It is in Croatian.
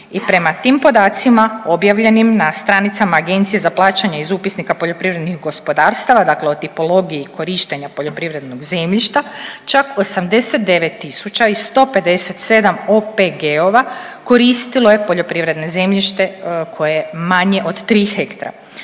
I prema tim podacima objavljenim na stranicama Agencije za plaćanje iz upisnika poljoprivrednih gospodarstava dakle o tipologiji korištenja poljoprivrednog zemljišta čak 89.157 OPG-ova koristilo je poljoprivredno zemljište koje je manje od tri hektra